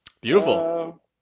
beautiful